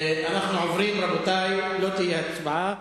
רבותי, לא תהיה הצבעה.